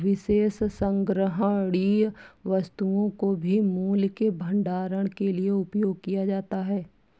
विशेष संग्रहणीय वस्तुओं को भी मूल्य के भंडारण के लिए उपयोग किया जाता है